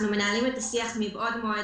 מנהלים את השיח מבעוד מועד,